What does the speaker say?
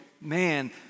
man